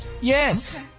Yes